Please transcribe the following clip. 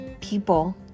people